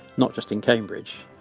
not just in cambridge,